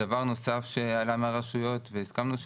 דבר נוסף שעלה מהרשויות והסכמנו,